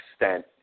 extent